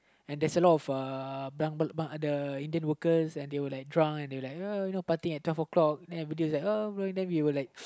and there's a lot of uh the Indian workers and they were like drunk and they were like partying at twelve o-clock everybody was like then we were like